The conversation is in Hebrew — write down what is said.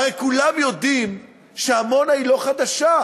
הרי כולם יודעים שעמונה היא לא חדשה,